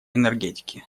энергетики